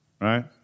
Right